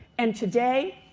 and today,